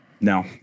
no